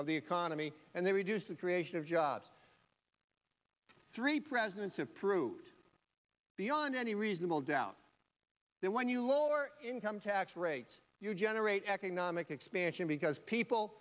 of the economy and they reduce the creation of jobs three presidents have proved beyond any reasonable doubt that when you lower income tax rates you generate economic expansion because people